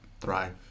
thrive